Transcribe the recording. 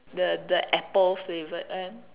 the the apple flavoured one